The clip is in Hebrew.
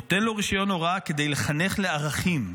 נותן לו רישיון הוראה כדי לחנך לערכים,